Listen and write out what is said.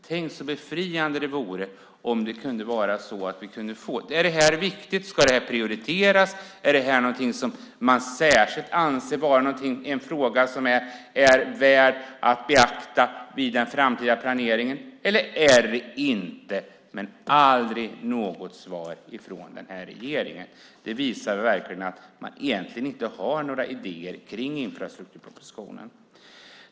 Tänk så befriande det vore om vi kunde få veta om detta är viktigt, om det här prioriteras, om det här är någonting som man särskilt anser vara en fråga som är värd att beakta i den framtida planeringen eller om det inte är det. Men aldrig får vi något svar från den här regeringen. Det visar verkligen att man egentligen inte har några idéer kring infrastrukturpropositionen.